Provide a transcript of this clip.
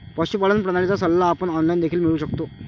पशुपालन प्रणालीचा सल्ला आपण ऑनलाइन देखील मिळवू शकतो